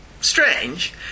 strange